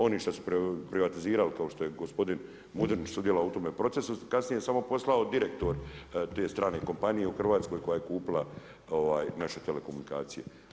Oni koji su privatizirali, kao što je gospodin Mudrinić sudjelovao u tome procesu, kasnije je samo postao direktor te strane kompanije u Hrvatskoj koja je kupila naše telekomunikacije.